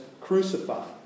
crucified